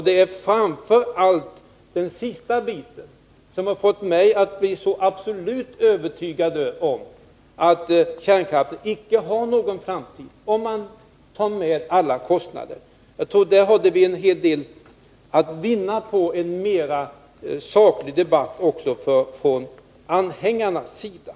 Det är framför allt den sista biten som fått mig att bli så absolut övertygad om att kärnkraften icke har någon framtid, om man tar med alla kostnader. Jag tror att vi där har en hel del att vinna på en mera saklig debatt även från anhängarnas sida.